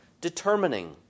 determining